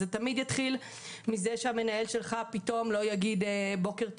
זה תמיד יתחיל מזה שהמנהל שלך פתאום לא יגיד בוקר טוב,